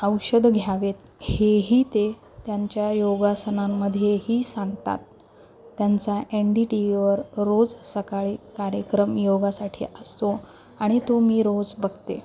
औषध घ्यावेत हेही ते त्यांच्या योगासनांमध्येही सांगतात त्यांचा एन डी टी व्ही वर रोज सकाळी कार्यक्रम योगासाठी असतो आणि तो मी रोज बघते